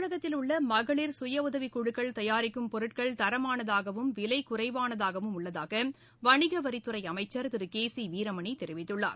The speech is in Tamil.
தமிழகத்தில் உள்ள மகளிர் கயஉதவிக்குழுக்கள் தயாரிக்கும் பொருட்கள் தரமானதாகவும் விலை குறைவானதாகவும் உள்ளதாக வணிகவரித்துறை அமைச்சர் திரு கே சி வீரமணி தெரிவித்துள்ளார்